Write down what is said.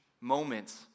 moments